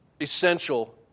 essential